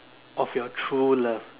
of your true love